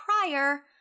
prior